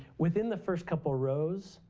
within the first couple rows,